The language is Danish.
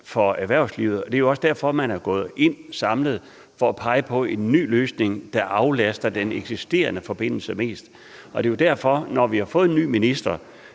for erhvervslivet, og det er også derfor, man er gået ind samlet for at pege på en ny løsning, der aflaster den eksisterende forbindelse mest muligt. Derfor må det, når vi har fået en ny minister,